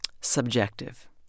subjective